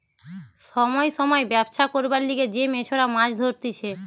সময় সময় ব্যবছা করবার লিগে যে মেছোরা মাছ ধরতিছে